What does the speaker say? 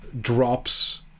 drops